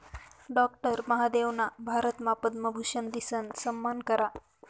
doctor महादेवना भारतमा पद्मभूषन दिसन सम्मान करा